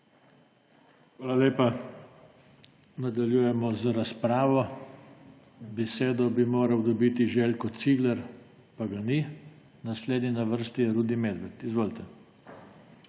Hvala lepa. Nadaljujemo razpravo. Besedo bi moral dobiti Željko Cigler, pa ga ni. Naslednji je na vrsti Rudi Medved. RUDI